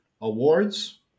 awards